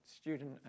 student